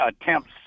attempts